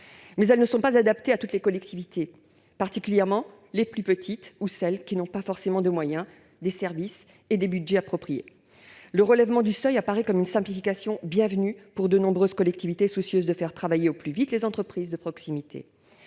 Mais elles ne sont pas adaptées à toutes les collectivités, particulièrement aux plus petites ou à celles qui n'ont pas forcément des moyens, des services ou des budgets appropriés. Le relèvement du seuil apparaît comme une simplification bienvenue pour de nombreuses collectivités soucieuses de faire travailler au plus vite les entreprises de proximité.